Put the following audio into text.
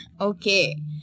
Okay